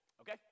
okay